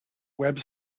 web